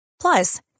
Plus